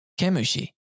Kemushi